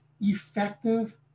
effective